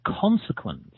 consequence